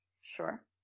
Sure